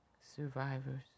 survivors